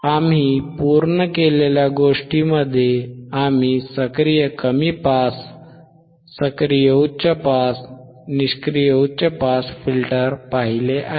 आम्ही पूर्ण केलेल्या गोष्टीमध्ये आम्ही सक्रिय कमी पास सक्रिय उच्च पास निष्क्रिय उच्च पास फिल्टर पाहिले आहेत